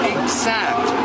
exact